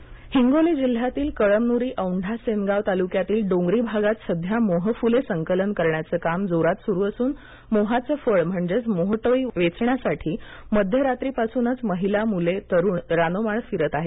मोह्फ़्ले हिंगोली जिल्ह्यातील कळमनुरीऔंढा सेनगाव तालुक्यातील डोंगरी भागात सध्या मोहफुले संकलन करण्याचे काम जोरात सुरू असूनमोहाचे फळ म्हणजेच मोहटोई वेचण्यासाठी मध्यरात्रीपासूनच महिला मुले तरुण रानोमाळ फिरत आहेत